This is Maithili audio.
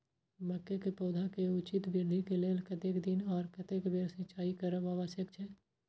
मके के पौधा के उचित वृद्धि के लेल कतेक दिन आर कतेक बेर सिंचाई करब आवश्यक छे?